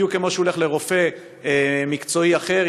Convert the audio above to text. בדיוק כמו שהוא הולך לרופא מקצועי אחר,